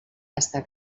està